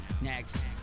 Next